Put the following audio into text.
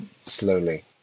slowly